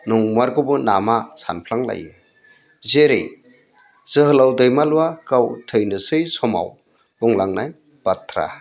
नंमारगौबो नामा सानफ्लांलायो जेरै जोहोलाव दैमालुआ गाव थैनोसै समाव बुंलांनाय बाथ्रा